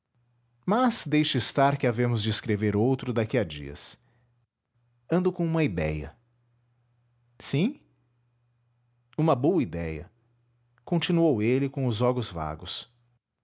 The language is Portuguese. mas deixe estar que havemos de escrever outro daqui a dias ando com uma idéia sim uma boa idéia continuou ele com os olhos vagos